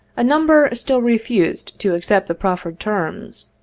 a number still refused to accept the proffered terms.